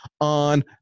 on